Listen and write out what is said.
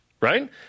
right